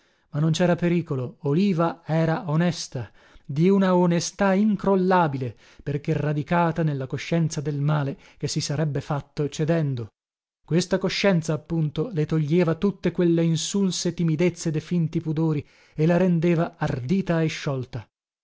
ma non cera pericolo oliva era onesta di una onestà incrollabile perché radicata nella coscienza del male che si sarebbe fatto cedendo questa coscienza appunto le toglieva tutte quelle insulse timidezze de finti pudori e la rendeva ardita e sciolta